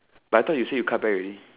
but I thought you said you come back already